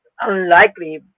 unlikely